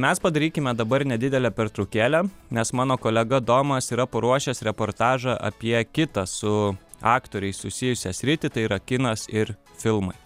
mes padarykime dabar nedidelę pertraukėlę nes mano kolega domas yra paruošęs reportažą apie kitą su aktoriais susijusią sritį tai yra kinas ir filmai